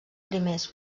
primers